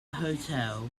hotel